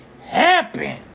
happen